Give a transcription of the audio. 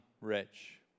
rich